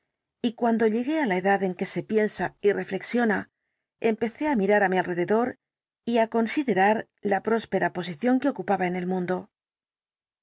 y cuando llegué á la edad en que se piensa y refleexplicación completa del caso xiona empecé á mirar á mi alrededor y á considerar la próspera posición que ocupaba en el mundo